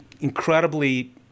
incredibly